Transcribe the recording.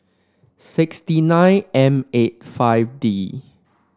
sixty nine M eight F D